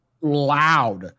loud